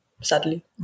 sadly